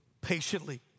patiently